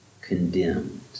condemned